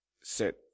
set